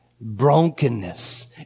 brokenness